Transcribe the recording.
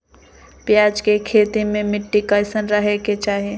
प्याज के खेती मे मिट्टी कैसन रहे के चाही?